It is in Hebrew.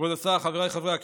כבוד השר, חבריי חברי הכנסת,